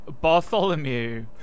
Bartholomew